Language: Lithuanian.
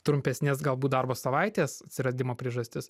trumpesnės galbūt darbo savaitės atsiradimo priežastis